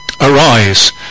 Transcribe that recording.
arise